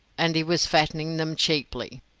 and he was fattening them cheaply.